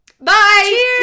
Bye